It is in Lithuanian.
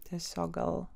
tiesiog gal